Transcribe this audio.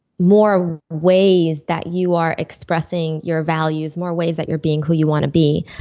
more ways that you are expressing your values, more ways that you're being who you want to be.